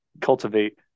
cultivate